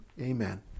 amen